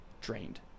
drained